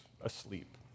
asleep